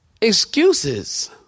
Excuses